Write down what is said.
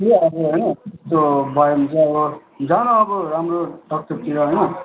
कि अब होइन यसो भयो भने चाहिँ अब जानु अब राम्रो डक्टरतिर होइन